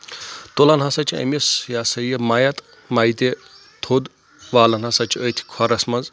تُلان ہسا چھِ أمِس یہِ ہسا یہِ میت میتہِ تہِ تھوٚد والان ہسا چھِ أتھۍ کھۄرس منٛز